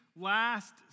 last